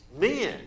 men